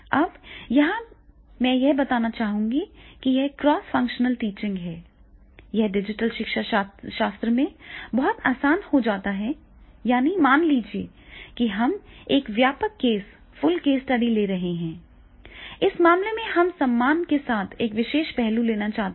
अब यहां मैं यह भी बताना चाहूंगा कि यह क्रॉस फंक्शनल टीचिंग है यह डिजिटल शिक्षाशास्त्र में बहुत आसान हो जाता है यानी मान लीजिए कि हम एक व्यापक केस फुल केस स्टडी ले रहे हैं इस मामले में हम सम्मान के साथ एक विशेष पहलू लेना चाहते हैं